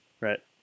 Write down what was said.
Right